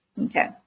Okay